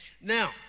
Now